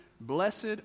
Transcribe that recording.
Blessed